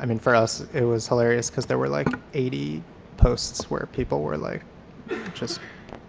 i mean for us it was hilarious because there were like eighty posts where people were like just